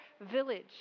village